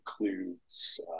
includes